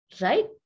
Right